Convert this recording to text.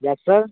yes sir